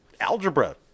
algebra